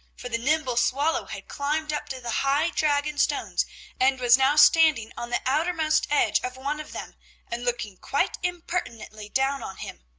for the nimble swallow had climbed up to the high dragon-stones and was now standing on the outermost edge of one of them and looking quite impertinently down on him.